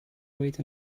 wait